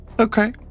Okay